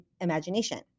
imagination